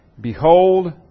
Behold